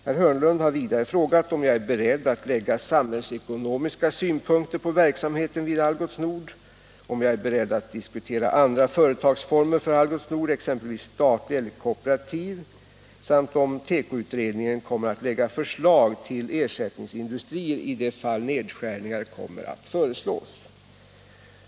Herr Hörnlund har vidare frågat om jag är beredd att lägga samhällsekonomiska synpunkter på verksamheten vid Algots Nord, om jag är beredd att diskutera andra företagsformer för Algots Nord, exempelvis statlig eller kooperativ företagsform, samt om tekoutredningen kommer att lägga förslag till ersättningsindustrier i de fall nedskärningar kommer att föreslås.